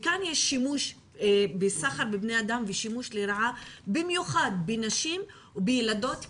כאן יש שימוש בסחר בבני אדם ושימוש לרעה במיוחד בנשים ובילדות קטנות.